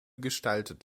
gestaltet